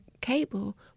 cable